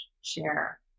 share